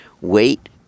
weight